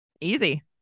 Easy